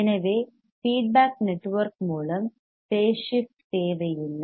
எனவே feedback network மூலம் phase shift தேவையில்லை